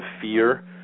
fear